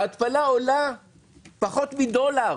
ההתפלה עולה פחות מדולר.